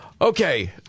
Okay